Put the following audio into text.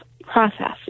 process